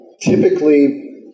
Typically